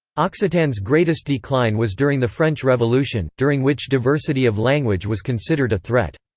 occitan's greatest decline was during the french revolution, during which diversity of language was considered a threat.